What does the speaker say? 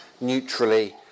neutrally